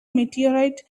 meteorite